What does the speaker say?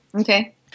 Okay